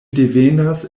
devenas